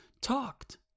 talked